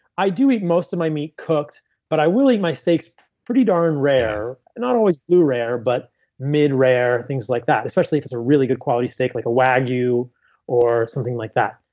i do eat most of my eat cooked but i will eat my steaks pretty darn rare. not always blue rare but mid rare, things like that, especially if it's a really good quality steak like a wagyu or something like that.